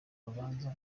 rubanza